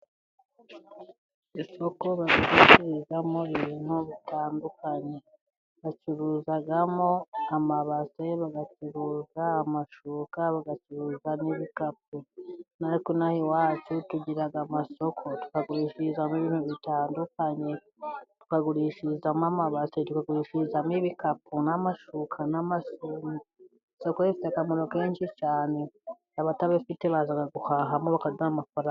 Isoko bacururizamo ibintu bitandukanye; bacuruzamo amabase, bagacuruza amashuka, bagacuruza n'ibikapu. Natwe ino aha iwacu tugira amasoko tukagurishirizamo ibintu bitandukanye. Tukagurishirizamo amabase Tukagurishirizamo ibikapu n'amashuka n'amasume. Isoko rifite akamaro kenshi cyane, abatabifite baza guhahamo bakaduha amafaranga.